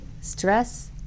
Stress